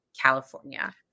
California